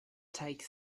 takes